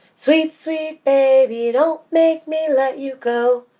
sweet, sweet, baby, don't make me let you go.